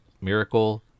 Miracle